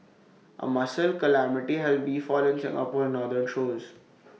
A mussel calamity has befallen Singapore's northern shores